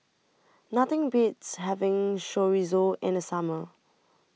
Nothing Beats having Chorizo in The Summer